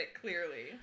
clearly